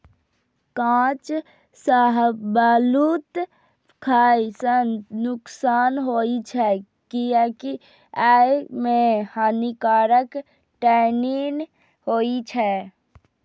कांच शाहबलूत खाय सं नुकसान होइ छै, कियैकि अय मे हानिकारक टैनिन होइ छै